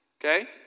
Okay